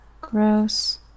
Gross